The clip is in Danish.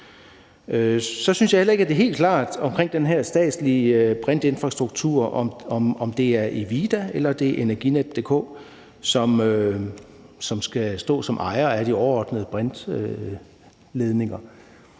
Så synes jeg heller ikke, at det er helt klart med den her statslige brintinfrastruktur, om det er Evida eller det er Energinet, som skal stå som ejer af de overordnede brintledninger.